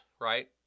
right